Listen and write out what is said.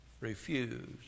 refuse